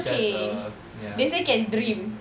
just a ya